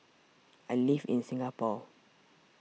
I live in Singapore